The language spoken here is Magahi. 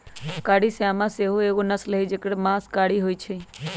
कारी श्यामा सेहो एगो नस्ल हई जेकर मास कारी होइ छइ